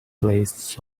plays